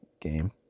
game